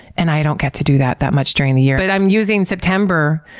and i don't get to do that that much during the year. but i'm using september,